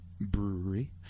Brewery